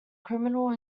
criminal